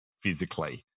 physically